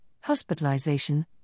Hospitalization